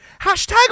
Hashtag